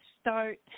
start